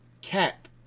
cap